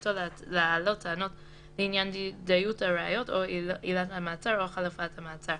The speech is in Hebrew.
בכוונתו להעלות טענות לעניין דיות הראיות או עילת המעצר או חלופת מעצר,